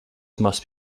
must